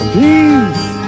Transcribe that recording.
Please